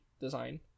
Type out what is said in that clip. design